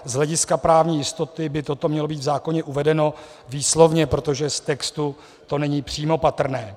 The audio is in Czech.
Z hlediska právní jistoty by toto mělo být v zákoně uvedeno výslovně, protože z textu to není přímo patrné.